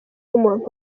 umuntu